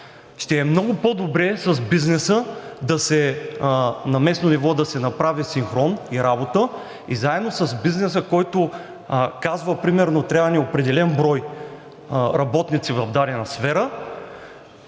ще е много по-добре с бизнеса на местно ниво да се направи синхрон и работа и заедно с бизнеса, който казва примерно – трябва ни определен брой работници в дадена сфера,